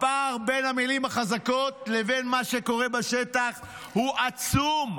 הפער בין המילים החזקות לבין מה שקורה בשטח הוא עצום.